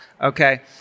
okay